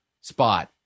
spot